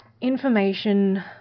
Information